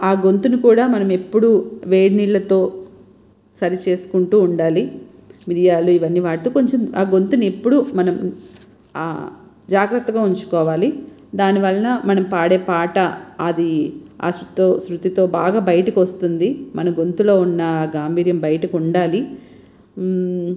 ఆ గొంతును కూడా మనం ఎప్పుడూ వేడి నీళ్లతో సరి చేసుకుంటూ ఉండాలి మిరియాలు ఇవన్నీ వాడితే కొంచెం అలా గొంతుని ఎప్పుడూ మనం జాగ్రత్తగా ఉంచుకోవాలి దాని వలన మనం పాడే పాట అది ఆసృతో శృతితో బాగా బయటకి వస్తుంది మన గొంతులో ఉన్న గాంభీర్యం బయటకి ఉండాలి